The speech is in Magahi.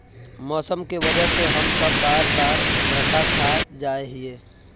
मौसम के वजह से हम सब बार बार घटा खा जाए हीये?